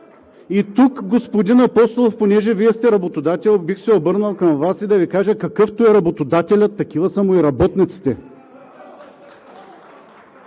И тук, господин Апостолов, тъй като Вие сте работодател, бих се обърнал към Вас и да Ви кажа: какъвто е работодателят, такива са му и работниците.